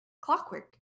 clockwork